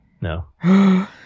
No